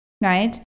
right